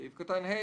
בסעיף קטן (ה),